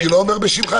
לא בשמך.